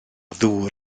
ddŵr